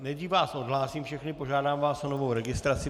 Nejdřív vás odhlásím všechny, požádám vás o novou registraci.